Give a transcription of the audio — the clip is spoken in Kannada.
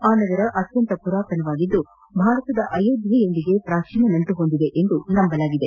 ಆ ನಗರ ಅತ್ಯಂತ ಪುರಾತನವಾಗಿದ್ಲು ಅದು ಭಾರತದ ಅಯೋಧ್ಯೆಯೊಂದಿಗೆ ಪ್ರಾಚೀನ ನಂಟು ಹೊಂದಿದೆ ಎಂದು ನಂಬಲಾಗಿದೆ